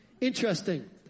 Interesting